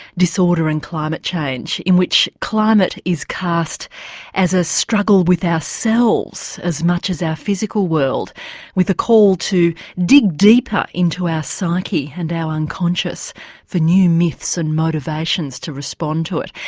disorder and climate change in which climate is cast as a struggle with ourselves as much as our physical world with a call to dig deeper into our psyche and our unconscious for new myths and motivations to respond to it.